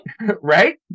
right